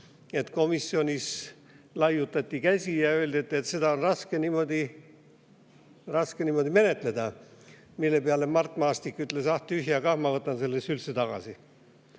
et komisjonis laiutati käsi ja öeldi, et seda on raske niimoodi menetleda. Selle peale Mart Maastik ütles: "Ah, tühja kah, ma võtan selle siis üldse tagasi."